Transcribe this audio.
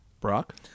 Brock